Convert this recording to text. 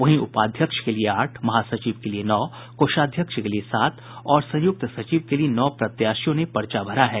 वहीं उपाध्यक्ष के लिए आठ महासचिव के लिए नौ कोषाध्यक्ष के लिए सात और संयुक्त सचिव के लिए नौ प्रत्याशियों ने पर्चा भरा है